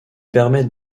permet